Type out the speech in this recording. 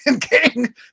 King